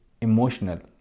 emotional